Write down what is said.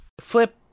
Flip